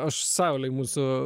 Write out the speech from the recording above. aš saulei mūsų